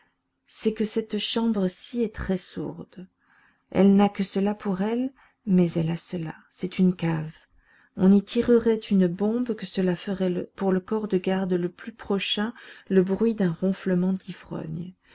c'est que cette chambre ci est très sourde elle n'a que cela pour elle mais elle a cela c'est une cave on y tirerait une bombe que cela ferait pour le corps de garde le plus prochain le bruit d'un ronflement d'ivrogne